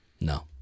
No